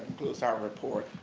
our report,